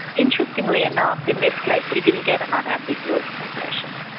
interestingly enough in this case he didn't get an unambiguous confession.